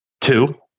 Two